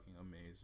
amazing